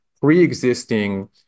pre-existing